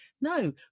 no